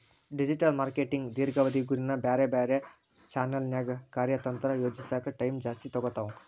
digital marketing ದೇರ್ಘಾವಧಿ ಗುರಿನ ಬ್ಯಾರೆ ಬ್ಯಾರೆ ಚಾನೆಲ್ನ್ಯಾಗ ಕಾರ್ಯತಂತ್ರ ಯೋಜಿಸೋಕ ಟೈಮ್ ಜಾಸ್ತಿ ತೊಗೊತಾವ